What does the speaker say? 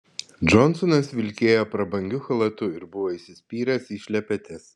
džonsonas vilkėjo prabangiu chalatu ir buvo įsispyręs į šlepetes